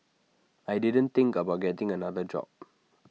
I didn't think about getting another job